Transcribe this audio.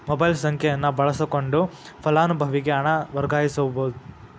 mobile ಸಂಖ್ಯೆಯನ್ನ ಬಳಸಕೊಂಡ ಫಲಾನುಭವಿಗೆ ಹಣನ ವರ್ಗಾಯಿಸಬೋದ್